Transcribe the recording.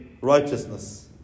righteousness